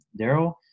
daryl